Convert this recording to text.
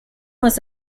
was